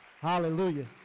hallelujah